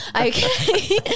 Okay